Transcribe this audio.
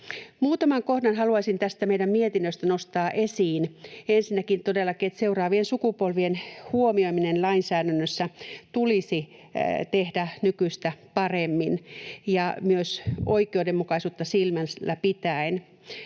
Muutaman kohdan haluaisin tästä meidän mietinnöstä nostaa esiin. Ensinnäkin todellakin seuraavien sukupolvien huomioiminen lainsäädännössä tulisi tehdä nykyistä paremmin ja myös oikeudenmukaisuutta silmällä pitäen.